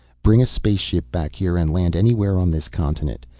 bring a spaceship back here and land anywhere on this continent.